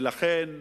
לכן,